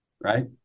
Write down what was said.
right